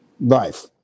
life